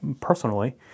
personally